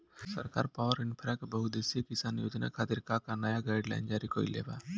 सरकार पॉवरइन्फ्रा के बहुउद्देश्यीय किसान योजना खातिर का का नया गाइडलाइन जारी कइले बा?